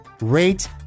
Rate